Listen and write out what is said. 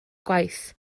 gwaith